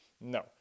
No